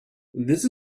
this